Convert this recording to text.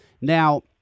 now